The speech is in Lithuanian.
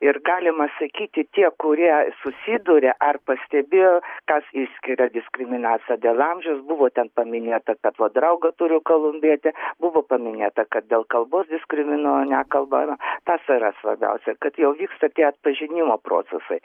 ir galima sakyti tie kurie susiduria ar pastebėjo kas išskiria diskriminaciją dėl amžiaus buvo ten paminėta kad va draugą turiu kolumbietį buvo paminėta kad dėl kalbos diskriminuoja nekalba tas yra svarbiausia kad jau vyksta tie atpažinimo procesai